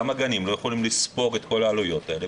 גם הגנים לא יכולים לספוג את כל העלויות האלה,